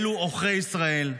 אלו עוכרי ישראל.